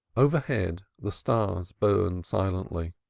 overhead, the stars burned silently,